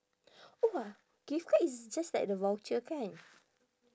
oh !wah! gift card is just like the voucher kan